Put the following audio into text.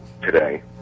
today